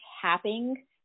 tapping